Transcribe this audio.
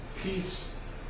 peace